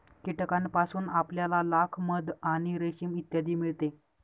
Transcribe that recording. कीटकांपासून आपल्याला लाख, मध आणि रेशीम इत्यादी मिळते